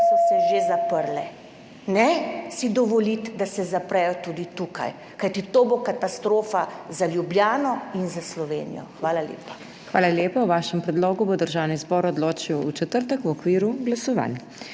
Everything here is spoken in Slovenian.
so se že zaprle, ne si dovoliti, da se zaprejo tudi tukaj, kajti to bo katastrofa za Ljubljano in za Slovenijo. Hvala lepa. PODPREDSEDNICA MAG. MEIRA HOT: Hvala lepa. O vašem predlogu bo Državni zbor odločil v četrtek v okviru glasovanj.